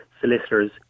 solicitors